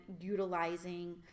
utilizing